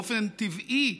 באופן טבעי,